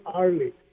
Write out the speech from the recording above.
early